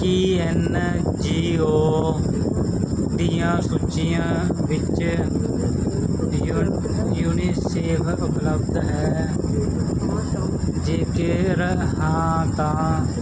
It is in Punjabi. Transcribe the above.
ਕੀ ਐਨ ਜੀ ਓ ਦੀਆਂ ਸੂਚੀਆਂ ਵਿੱਚ ਯੂਨੀਸੇਫ ਉਪਲੱਬਧ ਹੈ ਜੇਕਰ ਹਾਂ ਤਾਂ